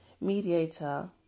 mediator